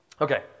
Okay